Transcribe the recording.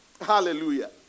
Hallelujah